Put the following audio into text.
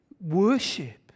worship